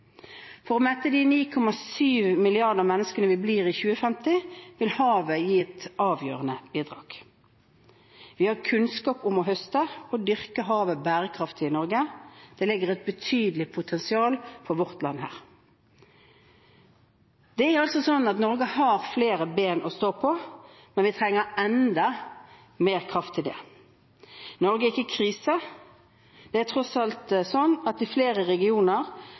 For å mette de 9,7 milliarder menneskene som vi blir i 2050, vil havet måtte gi et avgjørende bidrag. Vi har kunnskap om å høste og dyrke havet bærekraftig i Norge. Det ligger et betydelig potensial her for vårt land. Det er altså slik at Norge har flere ben å stå på, men vi trenger enda mer kraft til det. Norge er ikke i krise. Det er tross alt slik at i flere regioner